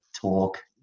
talk